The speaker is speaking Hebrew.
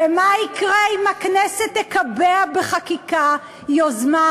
ומה יקרה אם הכנסת תקבע בחקיקה יוזמה